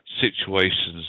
situations